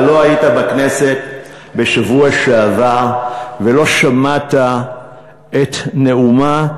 אתה לא היית בכנסת בשבוע שעבר ולא שמעת את נאומה.